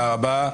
תודה רבה.